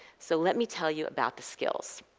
so let me tell you about the skills.